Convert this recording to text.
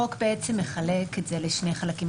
החוק בעצם מחלק את זה לשני חלקים.